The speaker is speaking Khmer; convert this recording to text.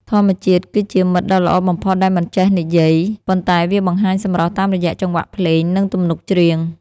ធម្មជាតិគឺជាមិត្តដ៏ល្អបំផុតដែលមិនចេះនិយាយ ប៉ុន្តែវាបង្ហាញសម្រស់តាមរយៈចង្វាក់ភ្លេង និងទំនុកច្រៀង។